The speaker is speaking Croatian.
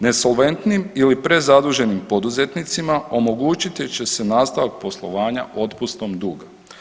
Nesolventnim ili prezaduženim poduzetnicima omogućit će se nastavak poslovanja otpustom duga.